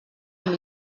amb